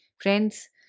Friends